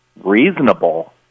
reasonable